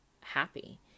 happy